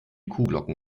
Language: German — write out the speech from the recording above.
kuhglocken